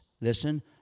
listen